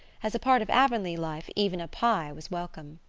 as a part of avonlea life even a pye was welcome.